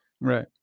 Right